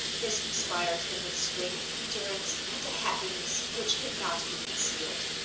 this inspired him with strength, endurance, and a happiness which could not be concealed.